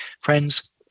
Friends